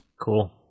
cool